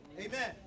Amen